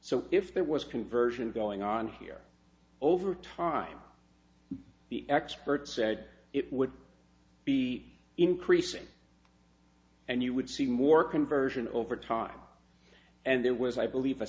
so if there was conversion going on here over time the experts said it would be increasing and you would see more conversion over time and there was i believe a